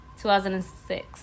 2006